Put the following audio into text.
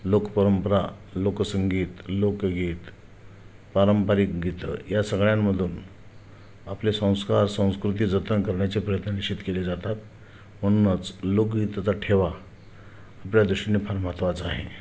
लोकपरंपरा लोकसंगीत लोकगीत पारंपरिक गीतं या सगळ्यांमधून आपले संस्कार संस्कृती जतन करण्याचे प्रयत्न निश्चित केले जातात म्हणूनच लोकगीताचा ठेवा आपल्या दृष्टीने फार महत्त्वाचा आहे